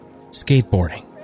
Skateboarding